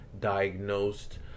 diagnosed